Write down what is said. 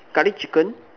Curry chicken